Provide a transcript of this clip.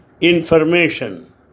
information